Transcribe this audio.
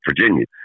Virginia